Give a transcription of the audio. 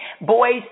boys